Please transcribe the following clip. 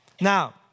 Now